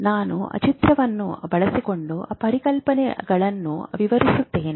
ನಾನು ಚಿತ್ರವನ್ನು ಬಳಸಿಕೊಂಡು ಪರಿಕಲ್ಪನೆಗಳನ್ನು ವಿವರಿಸುತ್ತಿದ್ದೇನೆ